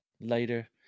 later